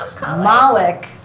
Malik